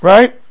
Right